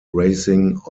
racing